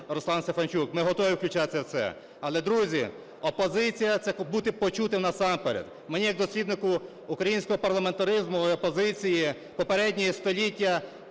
Руслан Стефанчук, ми готові включатися в це. Але, друзі, опозиція – це бути почутим насамперед. Мені як досліднику українського парламентаризму і опозиції попередніх століть